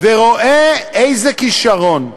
ורואה איזה כישרון,